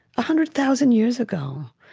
hundred thousand years ago.